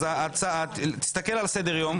תסתכל על סדר-היום,